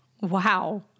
Wow